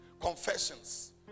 confessions